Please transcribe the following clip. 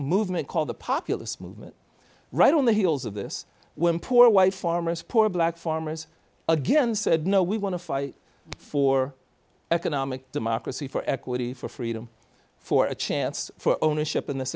movement called the populist movement right on the heels of this when poor wife farmers poor black farmers again said no we want to fight for economic democracy for equity for freedom for a chance for ownership in this